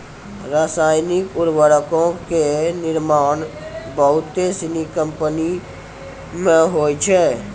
रसायनिक उर्वरको के निर्माण बहुते सिनी कंपनी मे होय छै